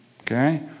Okay